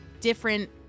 different